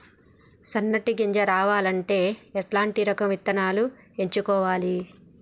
సన్నటి గింజ రావాలి అంటే ఎలాంటి రకం విత్తనాలు ఎంచుకోవాలి?